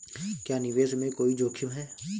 क्या निवेश में कोई जोखिम है?